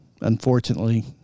unfortunately